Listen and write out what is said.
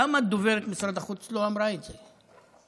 למה דוברת משרד החוץ לא אמרה את זה?